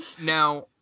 Now